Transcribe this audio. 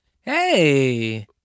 Hey